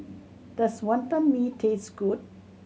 does Wantan Mee taste good